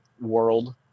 world